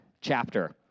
chapter